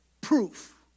proof